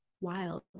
wild